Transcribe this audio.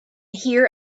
hear